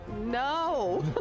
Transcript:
No